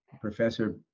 Professor